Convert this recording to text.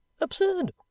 Absurd